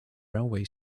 railway